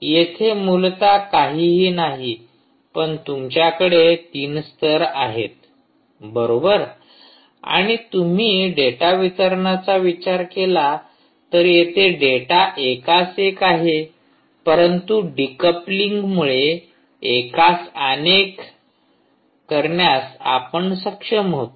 येथे मूलतः काहीही नाही पण तुमच्याकडे तीन स्तर आहेत बरोबर आणि तुम्ही डेटा वितरणाचा विचार केला तर येथे डेटा एकास एक आहे परंतु डिकपलिंगमुळे एकास अनेक करण्यास आपण सक्षम होतो